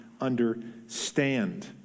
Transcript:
understand